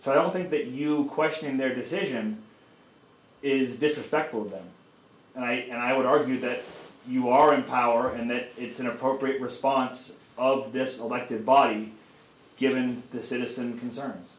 so i don't think that you'll question their decision is disrespectful of them and i and i would argue that you are in power and that it's an appropriate response of this elected body given this innocent concerns